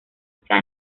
sea